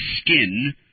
skin